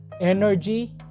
energy